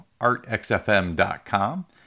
artxfm.com